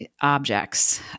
objects